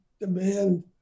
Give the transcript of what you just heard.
demand